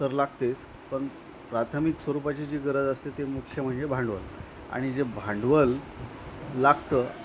तर लागतेच पण प्राथमिक स्वरूपाची जी गरज असते ते मुख्य म्हणजे भांडवल आणि जे भांडवल लागतं